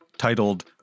titled